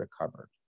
recovered